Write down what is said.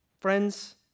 Friends